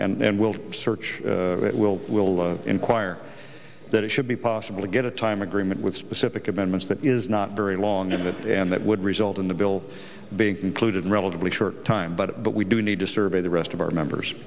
forth and will search it will will enquire that it should be possible to get a time agreement with specific amendments that is not very long in this and that would result in the bill being included in relatively short time but what we do need to survey the rest of our members